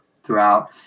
throughout